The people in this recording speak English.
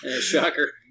Shocker